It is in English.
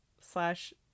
slash